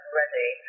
ready